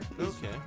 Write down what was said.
Okay